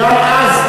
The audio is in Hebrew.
גם אז,